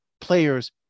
players